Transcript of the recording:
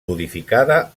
modificada